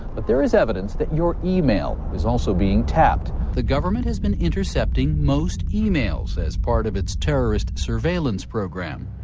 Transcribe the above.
but there is evidence that your email is also being tapped. the government has been intercepting most emails, as part of its terrorist surveillance program.